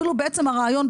אפילו בעצם הרעיון,